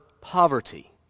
poverty